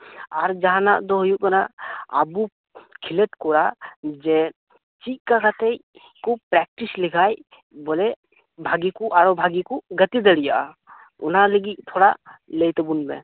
ᱟᱨ ᱡᱟᱦᱟᱱᱟᱜ ᱫᱚ ᱦᱩᱭᱩᱜ ᱠᱟᱱᱟ ᱟᱵᱚ ᱠᱷᱮᱞᱳᱰ ᱠᱚᱲᱟ ᱡᱮ ᱪᱮᱫ ᱠᱟ ᱠᱟᱛᱮ ᱠᱩ ᱯᱨᱮᱠᱴᱤᱥ ᱞᱮᱠᱷᱟᱡ ᱵᱚᱞᱮ ᱵᱷᱟᱜᱮ ᱠᱚ ᱟᱨᱚ ᱵᱷᱟᱜᱮ ᱠᱚ ᱜᱟᱛᱮ ᱫᱟᱲᱮᱭᱟᱜᱼᱟ ᱚᱱᱟ ᱞᱟᱹᱜᱤᱫ ᱛᱷᱚᱲᱟ ᱞᱟᱹᱭ ᱛᱟᱵᱚᱱ ᱢᱮ